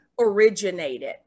originated